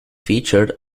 featured